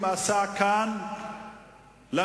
בבקשה, אדוני.